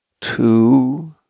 two